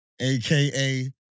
AKA